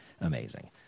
amazing